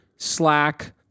Slack